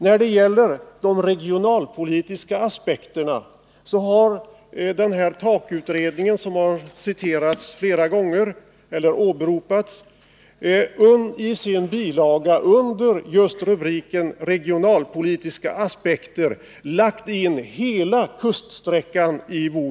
När det gäller de regionalpolitiska aspekterna har TAK-utredningen, som åberopats flera gånger i debatten, i en bilaga under rubriken ”Regionalpolitiska aspekter” tagit med hela kuststräckan.